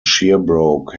sherbrooke